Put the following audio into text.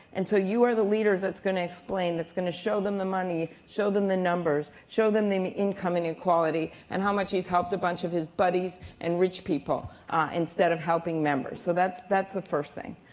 and so you are the leaders that's going to explain. that's gonna show them the money. show them the numbers. show them them the income and inequalit y and how much he's helped a bunch of his buddies and rich people instead of helping members. so that's that's the first thing.